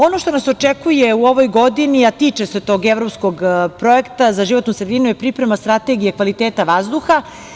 Ono što nas očekuje u ovoj godini, a tiče se tog evropskog projekta za životnu sredinu, je priprema Strategije kvaliteta vazduha.